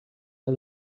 del